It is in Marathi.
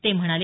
ते म्हणाले